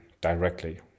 directly